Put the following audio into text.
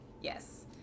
Yes